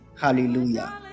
Hallelujah